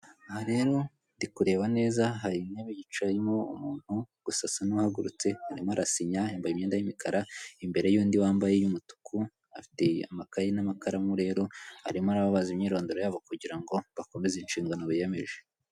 Aha rero ndikuba neza hari intebe yicayemo umuntu gusa asa n'uhagurutse arimo arasinya yambaye imyenda y'imikara imbere y'undi wambaye iy'umutuku afite amakaye n'amakaramu rero arimo arababaza imyirondoro yabo kugira ngo bakomeze inshingano biyemeje.